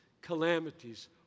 calamities